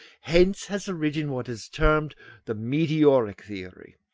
hence has arisen what is termed the meteoritic theory,